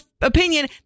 opinion